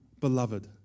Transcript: beloved